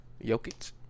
Jokic